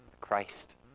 Christ